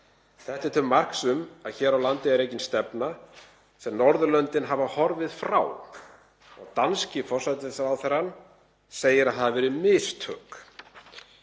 Þetta er til marks um að hér á landi er rekin stefna sem Norðurlöndin hafa horfið frá og danski forsætisráðherrann segir að hafi verið mistök.